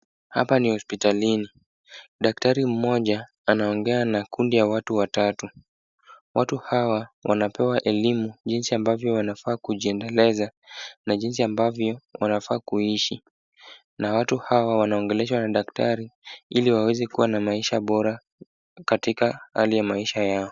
Hapa ni hospitalini. Daktari mmoja anaongea na kundi ya watu watatu. Watu hawa wanapewa elimu, jinsi ambavyo wanafaa kujiendeleza, na jinsi ambavyo wanafaa kuishi. Na watu hawa wanaongeleshwa na daktari, ili waweze kuwa na maisha bora katika hali ya maisha yao.